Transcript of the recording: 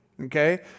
okay